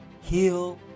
heal